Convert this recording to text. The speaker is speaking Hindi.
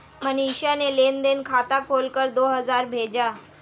मनीषा ने लेन देन खाता खोलकर दो हजार भेजा